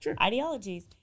ideologies